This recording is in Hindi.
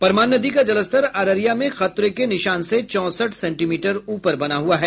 परमान नदी का जलस्तर अररिया में खतरे के निशान से चौंसठ सेंटीमीटर ऊपर बना हुआ है